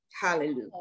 Hallelujah